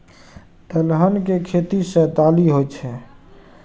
दलहन के खेती सं दालि होइ छै